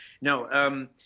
No